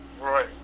Right